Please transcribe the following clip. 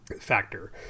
Factor